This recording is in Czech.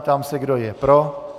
Ptám se, kdo je pro.